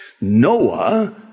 Noah